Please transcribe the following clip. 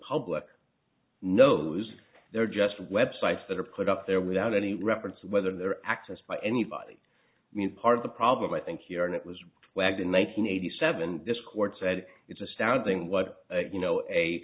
public knows they're just web sites that are put up there without any reference whether they're accessed by anybody i mean part of the problem i think here and it was wagging one hundred eighty seven this court said it's astounding what you know a